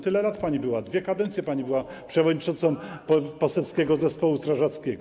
Tyle lat pani była, dwie kadencje pani była przewodniczącą poselskiego zespołu strażackiego.